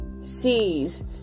sees